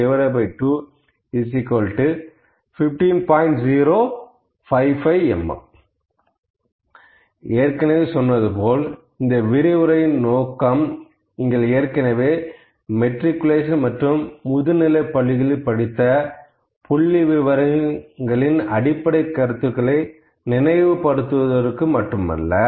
055 mm ஏற்கனவே சொன்னதுபோல் இந்த விரிவுரையின் நோக்கம் நீங்கள் ஏற்கனவே மெட்ரிகுலேஷன் மற்றும் முதுநிலை பள்ளிகளில் படித்த புள்ளிவிவரங்களின் அடிப்படைக் கருத்துகளை நினைவு படுத்துவதற்கு மட்டுமல்ல